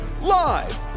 live